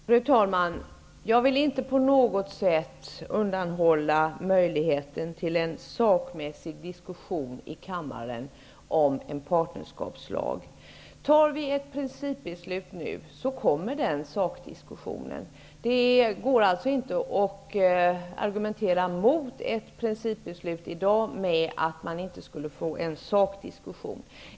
Fru talman! Jag vill inte på något sätt undanhålla kammaren möjligheten till en sakdiskussion om en partnerskapslag. Om vi nu fattar ett principbeslut kommer den sakdiskussionen att ske. Det går inte att argumentera emot ett principbeslut i dag med att man inte skulle få en sakdiskussion.